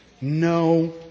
no